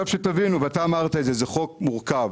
תבינו, ואתה אמרת את זה, שזה חוק מורכב.